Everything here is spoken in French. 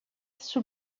sous